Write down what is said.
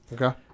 Okay